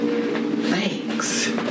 Thanks